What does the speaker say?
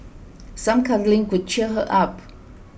some cuddling could cheer her up